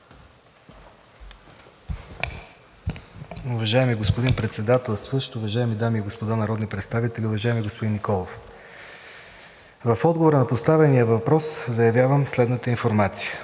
Уважаеми господин Председателстващ, уважаеми дами и господа народни представители, уважаеми господин Николов! В отговор на поставения въпрос заявявам следната информация: